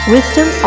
Wisdom